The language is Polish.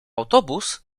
autobus